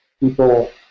people